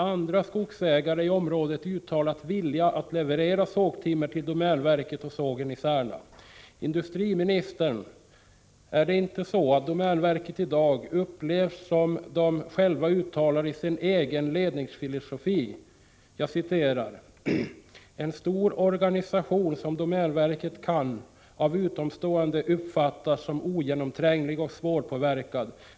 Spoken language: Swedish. Andra skogsägare i området har uttalat vilja att leverera sågtimmer till domänverket och sågen i Särna. Är det inte så, industriministern, att domänverket i dag uppfattas så som verket självt beskriver i sin egen ledningsfilosofi? Jag vill citera följande uttalande av domänverket: ”En stor organisation som Domänverket kan av utomstående uppfattas som ogenomtränglig och svårpåverkad.